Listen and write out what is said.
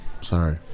sorry